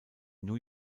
new